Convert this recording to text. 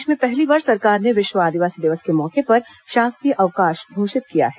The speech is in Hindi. प्रदेश में पहली बार सरकार ने विश्व आदिवासी दिवस के मौके पर शासकीय अवकाश घोषित किया है